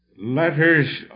letters